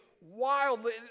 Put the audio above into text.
wildly